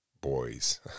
Boys